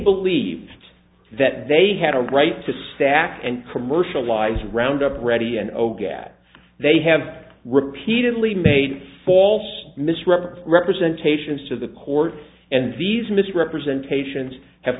believed that they had a right to sack and commercialise roundup ready and oh get they have repeatedly made false misrepresent representation as to the court and these misrepresentations have